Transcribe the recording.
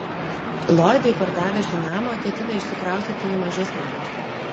lloydai pardavę šį namą ketina išsikraustyti į mažesnį būstą